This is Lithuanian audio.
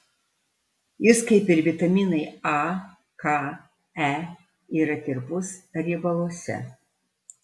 jis kaip ir vitaminai a k e yra tirpus riebaluose